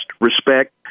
respect